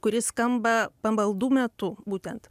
kuri skamba pamaldų metu būtent